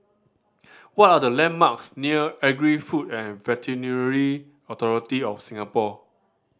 what are the landmarks near Agri Food and Veterinary Authority of Singapore